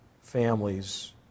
families